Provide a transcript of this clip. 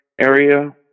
area